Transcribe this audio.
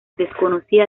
desconocida